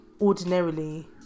ordinarily